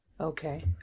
Okay